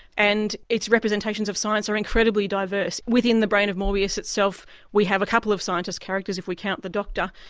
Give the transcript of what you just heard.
and its representations of science are incredibly diverse. within the brain of morbius itself we have a couple of scientist characters, if we count the doctor,